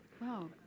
Wow